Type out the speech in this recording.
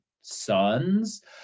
sons